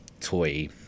toy